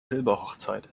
silberhochzeit